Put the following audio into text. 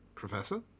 Professor